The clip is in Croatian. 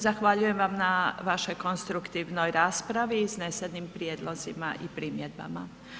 Zahvaljujem vam na vašoj konstruktivnoj raspravi i iznesenim prijedlozima i primjedbama.